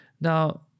Now